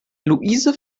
luise